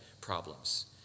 problems